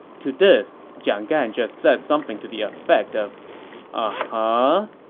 to this, jiang gan just said something to the effect of ah huh.